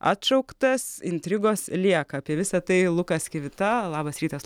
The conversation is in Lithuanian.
atšauktas intrigos lieka apie visa tai lukas kivita labas rytas